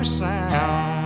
sound